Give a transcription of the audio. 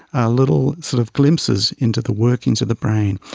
are little sort of glimpses into the workings of the brain,